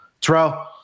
Terrell